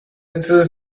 enters